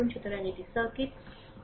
সুতরাং এটি সার্কিট এটি সার্কিট